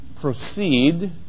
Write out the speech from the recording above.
proceed